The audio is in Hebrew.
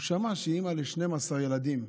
הוא שמע שהיא אימא ל-12 ילדים,